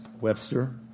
Webster